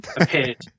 appeared